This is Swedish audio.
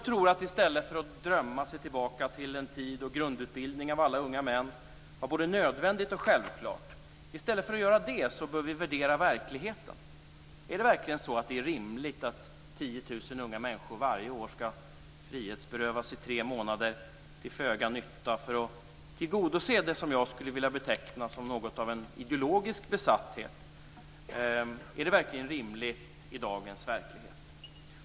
I stället för att drömma sig tillbaka till den tid då grundutbildning av alla unga män var både nödvändigt och självklart, bör vi värdera verkligheten. Är det verkligen rimligt att 10 000 unga människor varje år skall frihetsberövas i tre månader till föga nytta för att tillgodose det som jag skulle vilja beteckna som något av en ideologisk besatthet? Är det verkligen rimligt i dagens verklighet?